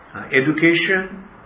education